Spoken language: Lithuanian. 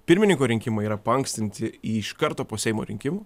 pirmininkų rinkimai yra paankstinti iš karto po seimo rinkimų